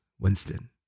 Winston